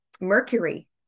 Mercury